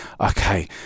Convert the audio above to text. okay